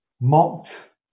mocked